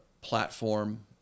platform